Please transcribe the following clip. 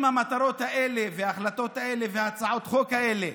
אם המטרות האלה וההחלטות האלה והצעות החוק האלה